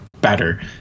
better